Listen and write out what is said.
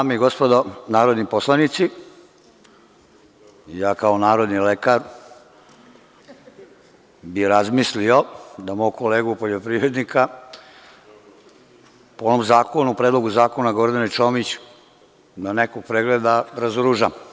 Dame i gospodo narodni poslanici, ja kao narodni lekar bi razmislio da mog kolegu poljoprivrednika po ovom zakonu, Predloga zakona Gordane Čomić, da nekog pregleda razoružam.